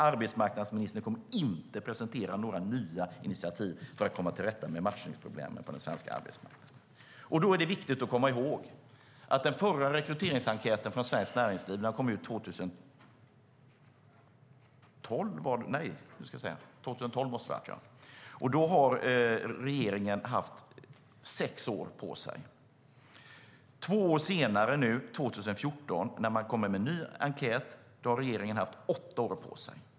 Arbetsmarknadsministern kommer inte att presentera några nya initiativ för att komma till rätta med matchningsproblemen på den svenska arbetsmarknaden. Det är viktigt att komma ihåg att den förra rekryteringsenkäten från Svenskt Näringsliv kom år 2012. Då hade regeringen haft sex år på sig. Två år senare, 2014, när man kommer med en ny enkät, har regeringen haft åtta år på sig.